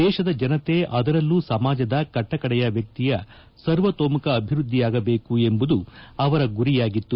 ದೇಶದ ಜನತೆ ಅದರಲ್ಲೂ ಸಮಾಜದ ಕಟ್ಟಕಡೆಯ ವ್ಯಕ್ತಿಯ ಸರ್ವತೋಮುಖ ಅಭಿವೃದ್ದಿಯಾಗಬೇಕು ಎಂಬುದು ಅವರ ಗುರಿಯಾಗಿತ್ತು